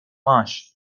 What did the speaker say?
mash